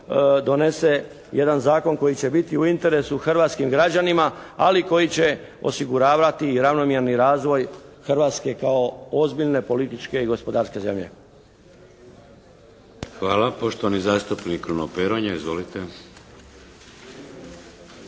donese jedan zakon koji će biti u interesu hrvatskim građanima ali koji će osiguravati ravnomjerni razvoj hrvatske kao ozbiljne političke i gospodarske zemlje. **Šeks, Vladimir (HDZ)** Hvala. Poštovani zastupnik Kruno Peronja. Izvolite.